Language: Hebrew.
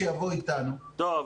טוב.